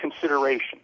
consideration